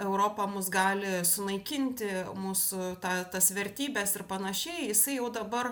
europa mus gali sunaikinti mūsų tą tas vertybes ir panašiai jisai jau dabar